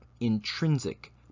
intrinsic